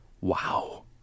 Wow